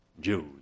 Jews